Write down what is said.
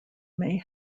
may